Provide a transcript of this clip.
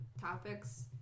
topics